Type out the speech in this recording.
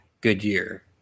Goodyear